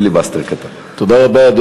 תודה רבה.